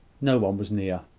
no one was near.